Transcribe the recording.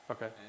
Okay